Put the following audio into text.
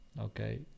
Okay